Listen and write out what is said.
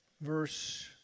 verse